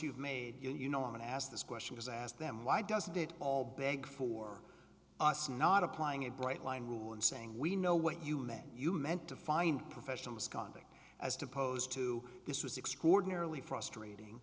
you've made you know i've been asked this question has asked them why doesn't it all beg for us not applying a bright line rule and saying we know what you meant you meant to find professional misconduct as to pose to this was extraordinarily frustrating